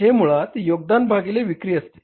हे मुळात योगदान भागिले विक्री असते